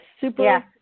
super